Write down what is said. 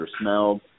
smelled